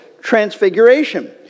transfiguration